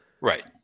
Right